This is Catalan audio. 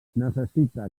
necessita